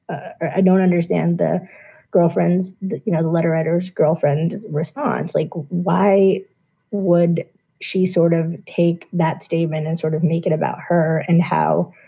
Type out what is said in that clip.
i don't understand the girlfriends. the letter writers girlfriend responds, like, why would she sort of take that statement and sort of make it about her and how,